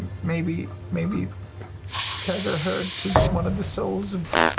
maybe, maybe tether her to one of the souls of